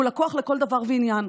והוא לקוח לכל דבר ועניין.